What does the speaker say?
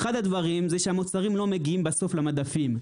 אחד הדברים הוא שהמוצרים לא מגיעים בסוף למדפים.